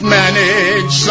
manage